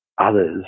others